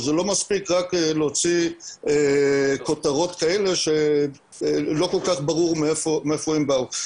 זה לא מספיק רק להוציא כותרות כאלה שלא כל כך ברור מאיפה הן באו.